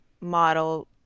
model